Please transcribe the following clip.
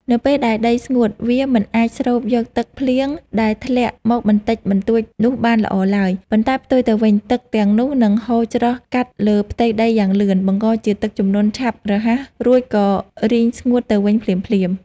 នៅពេលដែលដីស្ងួត វាមិនអាចស្រូបយកទឹកភ្លៀងដែលធ្លាក់មកបន្តិចបន្តួចនោះបានល្អឡើយ ប៉ុន្តែផ្ទុយទៅវិញ ទឹកទាំងនោះនឹងហូរច្រោះកាត់លើផ្ទៃដីយ៉ាងលឿន បង្កជាទឹកជំនន់ឆាប់រហ័ស រួចក៏រីងស្ងួតទៅវិញភ្លាមៗ។